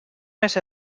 més